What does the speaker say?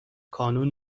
کانون